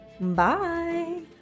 Bye